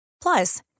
Plus